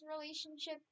relationship